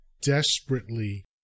desperately